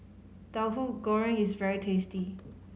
Tauhu Goreng is very tasty